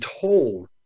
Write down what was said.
told